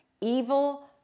evil